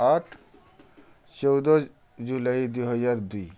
ଆଠ ଚଉଦ ଜୁଲାଇ ଦୁଇହଜାର ଦୁଇ